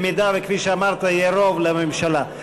אם, כפי שאמרת, יהיה רוב לממשלה.